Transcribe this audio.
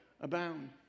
abound